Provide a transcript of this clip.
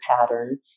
pattern